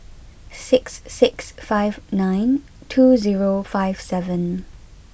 six six five nine two zero five seven